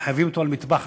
מחייבים אותו על מטבח,